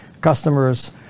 Customers